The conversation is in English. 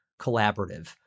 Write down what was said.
collaborative